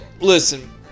listen